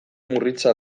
murritza